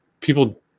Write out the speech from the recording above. people